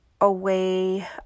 away